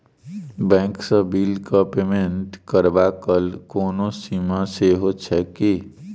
Bank सँ बिलक payment करबाक कोनो सीमा सेहो छैक की?